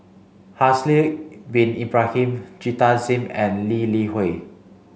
Haslir Bin Ibrahim Jita Singh and Lee Li Hui